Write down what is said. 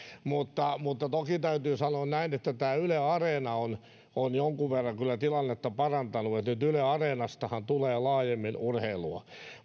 toki täytyy sanoa että yle areena on on jonkin verran kyllä tilannetta parantanut nyt yle areenastahan tulee laajemmin urheilua